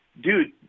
dude